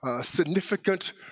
significant